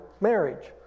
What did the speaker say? marriage